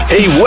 Hey